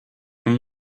can